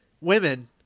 women